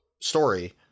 story